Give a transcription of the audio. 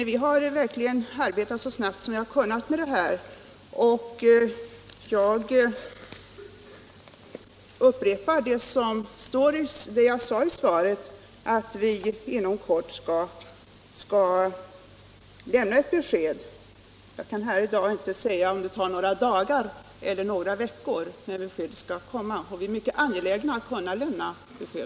Vi har verkligen arbetat så snabbt som vi har kunnat med det här, och jag upprepar vad jag sade i svaret, att vi inom kort skall lämna ett besked. Jag kan i dag inte säga om beskedet dröjer några dagar eller några veckor, men besked skall komma — vi är mycket angelägna om det.